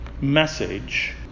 message